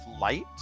light